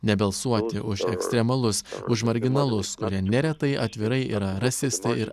nebalsuoti už ekstremalus už marginalus kurie neretai atvirai yra rasistai ir